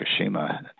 Fukushima